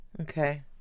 Okay